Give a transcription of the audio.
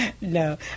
No